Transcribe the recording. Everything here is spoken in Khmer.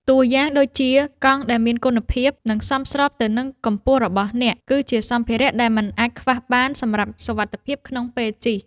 តួយ៉ាងដូចជា កង់ដែលមានគុណភាព និងសមស្របទៅនឹងកម្ពស់របស់អ្នក គឺជាសម្ភារៈដែលមិនអាចខ្វះបានសម្រាប់សុវត្ថិភាពក្នុងពេលជិះ។